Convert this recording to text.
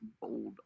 bold